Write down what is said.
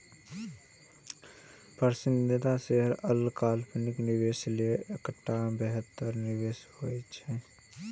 पसंदीदा शेयर अल्पकालिक निवेशक लेल एकटा बेहतर निवेश होइ छै